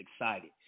excited